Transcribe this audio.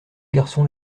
garçon